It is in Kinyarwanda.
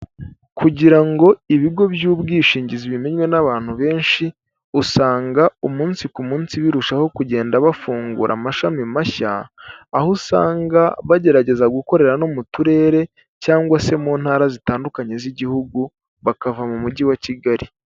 Kugira ngo ibigo by'ubwishingizi bimenywe n'abantu benshi usanga umunsi ku munsi birushaho kugenda bafungura amashami mashya aho usanga bagerageza gukorera no mu turere cyangwa se mu ntara zitandukanye z'igihugu bakava mu mujyi wa Kigali.